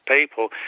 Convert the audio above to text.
people